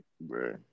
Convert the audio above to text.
Bro